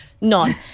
none